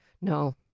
No